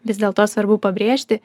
vis dėlto svarbu pabrėžti